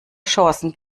chancen